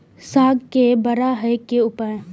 साग के बड़ा है के उपाय?